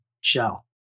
shell